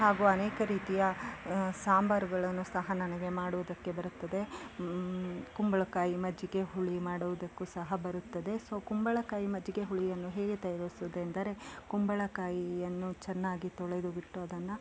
ಹಾಗು ಅನೇಕ ರೀತಿಯ ಸಾಂಬಾರುಗಳನ್ನ ಸಹ ನನಗೆ ಮಾಡುವುದಕ್ಕೆ ಬರುತ್ತದೆ ಕುಂಬಳ ಕಾಯಿ ಮಜ್ಜಿಗೆ ಹುಳಿ ಮಾಡೋದಕ್ಕೂ ಸಹ ಬರುತ್ತದೆ ಸೊ ಕುಂಬಳ ಕಾಯಿ ಮಜ್ಜಿಗೆ ಹುಳಿಯನ್ನು ಹೇಗೆ ತಯಾರಿಸುದೆಂದರೆ ಕುಂಬಳ ಕಾಯಿಯನ್ನು ಚೆನ್ನಾಗಿ ತೊಳೆದು ಬಿಟ್ಟು ಅದನ್ನು